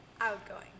Outgoing